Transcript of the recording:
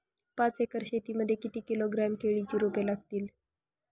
पाच एकर शेती मध्ये किती किलोग्रॅम केळीची रोपे लागतील?